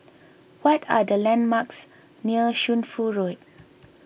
what are the landmarks near Shunfu Road